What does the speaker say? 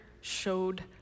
showed